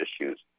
issues